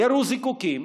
ירו זיקוקים,